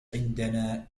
عندنا